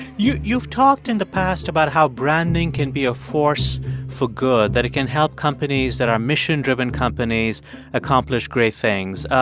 you've you've talked in the past about how branding can be a force for good, that it can help companies that are mission-driven companies accomplish great things.